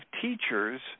teachers